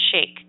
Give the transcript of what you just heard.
shake